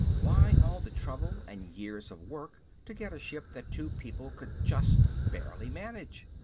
why all the trouble and years of work to get a ship that two people could just barely manage?